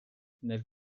nel